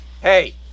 Hey